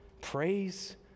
Praise